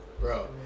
Bro